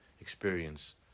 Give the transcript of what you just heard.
experience